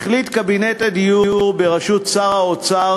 החליט קבינט הדיור בראשות שר האוצר,